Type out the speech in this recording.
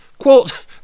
Quote